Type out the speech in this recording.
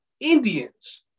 Indians